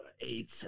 Eight